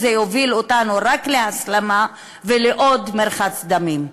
זה יוביל אותנו רק להסלמה ולעוד מרחץ דמים.